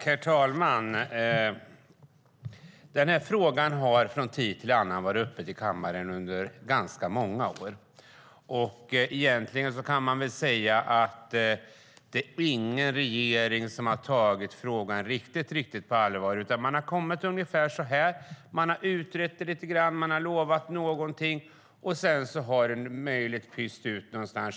Herr talman! Den här frågan har från tid till annan under ganska många år varit uppe i kammaren. Egentligen har väl ingen regering tagit frågan riktigt på allvar, utan man har kommit ungefär dit där vi är i dag. Man har utrett lite grann, lovat någonting och sedan har det möjligtvis pyst ut något lite någonstans.